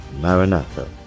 Maranatha